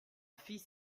fils